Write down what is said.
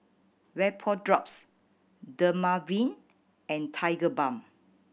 Vapodrops Dermaveen and Tigerbalm